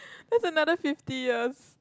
that's another fifty years